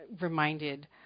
reminded